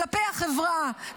כלפי החברה,